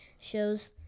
shows